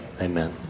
amen